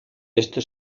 esto